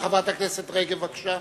חברת הכנסת רגב, בבקשה.